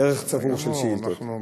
ערך צבור של שאילתות.